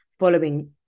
following